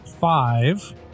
five